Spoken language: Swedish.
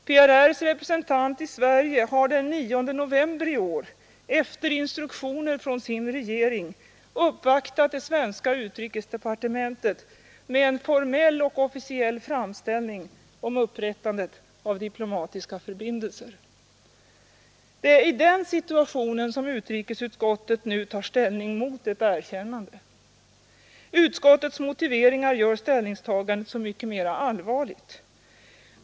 PRR: representant i Sverige har den 9 november efter instruktioner från sin regering uppvaktat det svenska utrikesdepartementet med en formell och officiell framställning om upprättandet av diplomatiska förbindelser. Det är i denna situation som utrikesutskottet tar ställning mot ett erkännande. Utskottets motiveringar gör ställningstagandet så mycket mera allvarligt.